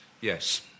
Yes